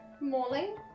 morning